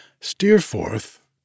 Steerforth